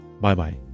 Bye-bye